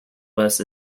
west